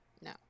No